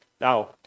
now